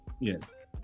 Yes